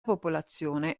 popolazione